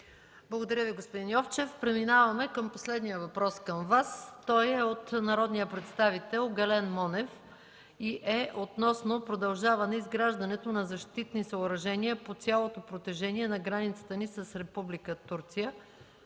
Благодаря Ви, господин Йовчев. Преминаваме към последния въпрос към Вас. Той е от народния представител Гален Монев относно продължаване изграждането на защитни съоръжения по цялото протежение на границата ни с Република Турция.